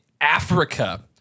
Africa